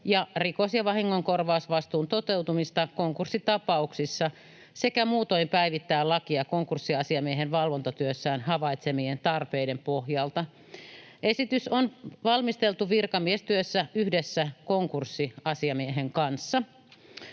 ja rikos‑ ja vahingonkorvausvastuun toteutumista konkurssitapauksissa sekä muutoin päivittää lakia konkurssiasiamiehen valvontatyössään havaitsemien tarpeiden pohjalta. Esitys on valmisteltu virkamiestyössä yhdessä konkurssiasiamiehen kanssa.